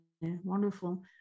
wonderful